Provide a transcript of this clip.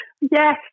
Yes